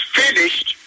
finished